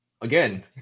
Again